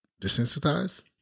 desensitized